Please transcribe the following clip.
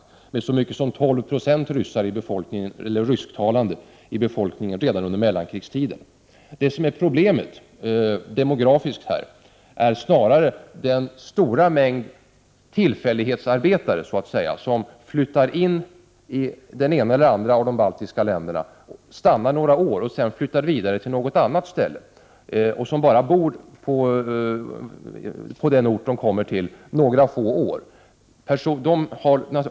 Landet hade så mycket som 12 96 rysktalande redan under mellankrigstiden. Problemet rent demografiskt här är snarare den stora mängden tillfälliga arbetare, vilka flyttar till något av de baltiska länderna och stannar där några år för att sedan åter flytta. Dessa människor bor alltså bara några få år på samma ort.